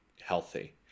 healthy